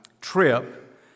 trip